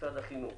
משרד החינוך